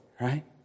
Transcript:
right